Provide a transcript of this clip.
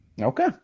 Okay